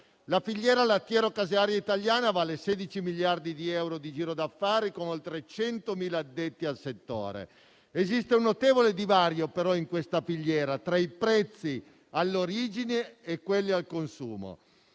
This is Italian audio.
La filiera lattiero-casearia italiana vale 16 miliardi di euro di giro d'affari, con oltre 100.000 addetti al settore. Esiste un notevole divario, però, in questa filiera tra i prezzi all'origine e quelli al consumo.